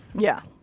yeah.